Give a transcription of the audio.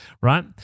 right